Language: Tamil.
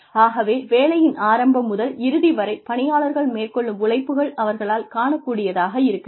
ஆகவே வேலையின் ஆரம்பம் முதம் இறுதி வரை பணியாளர்கள் மேற்கொள்ளும் உழைப்புகள் அவர்களால் காணக் கூடியதாக இருக்க வேண்டும்